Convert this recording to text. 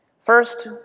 First